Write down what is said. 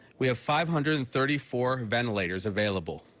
we have five hundred and thirty four ventilators available.